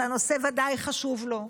שהנושא ודאי חשוב לו.